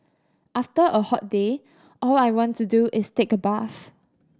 after a hot day all I want to do is take a bath